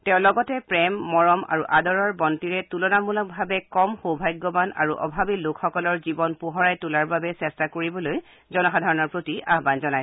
তেওঁ লগতে প্ৰেম মৰম আৰু আদৰৰ বন্তিৰে তুলনামূলকভাৱে কম সৌভাগ্যৱান আৰু অভাৱী লোকসকলৰ জীৱন পোহৰাই তোলাৰ বাবে চেষ্টা কৰিবলৈ জনসাধাৰণৰ প্ৰতি আয়ন জনায়